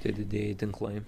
tie didieji tinklai